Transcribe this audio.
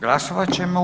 Glasovat ćemo.